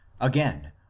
Again